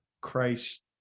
Christ